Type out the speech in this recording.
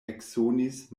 eksonis